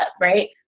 right